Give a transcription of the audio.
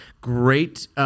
Great